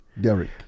Derek